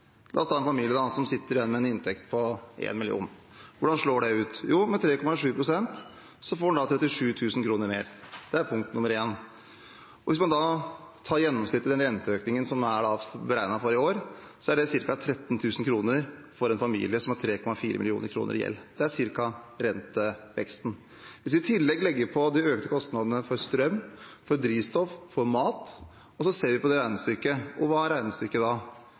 La oss da ta en familie som sitter igjen med en inntekt på 1 mill. kr. Hvordan slår det ut? Jo, med 3,7 pst. får en 37 000 kr mer, det er punkt nr. én. Hvis man da tar gjennomsnittet av renteøkningen som er beregnet for i år, er det ca. 13 000 kr for en familie som har 3,4 mill. kr i gjeld. Det er cirka renteveksten. Hvis vi i tillegg legger på de økte kostnadene for strøm, drivstoff og mat og ser på